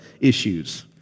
issues